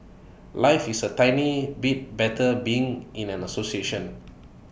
life is A tiny bit better being in an association